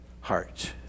heart